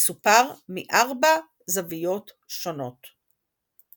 ומסופר מארבע זוויות שונות.